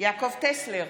יעקב טסלר,